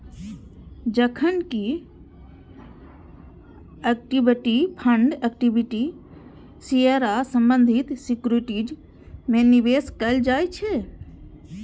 जखन कि equity fund equity share आ संबंधित सिक्योरिटीज मे निवेश कैल जाइ छै